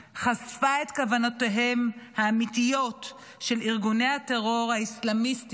חשפו את כוונותיהם האמיתיות של ארגוני הטרור האסלאמיסטיים,